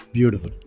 Beautiful